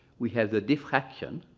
we have the diffraction